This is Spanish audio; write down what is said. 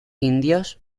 indios